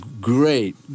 great